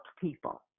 people